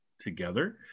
together